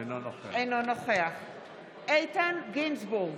אינו נוכח איתן גינזבורג,